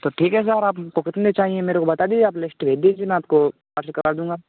तो ठीक है सर आपको कितने चाहिए मेरे को बता दीजिए आप लिस्ट भेज दीजिए मैं आप माल निकाल दूँगा